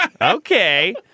Okay